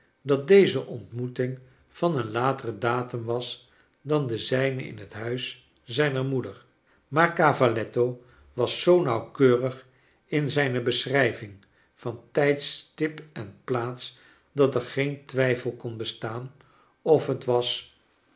dat deze ontmoeting van een lateren datum was dan de zijne in het huis zijner moeder maar cavaletto was zoo nauwkeurig in zijne beschrrjving van tijdstip en plaats dat er geen twijfel kon bestaan of het was